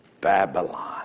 Babylon